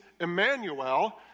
Emmanuel